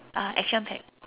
uh action packed